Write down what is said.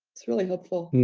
it's really helpful.